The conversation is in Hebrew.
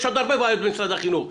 יש עוד הרבה בעיות במשרד החינוך.